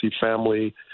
family